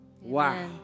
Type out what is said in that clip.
Wow